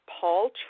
Paul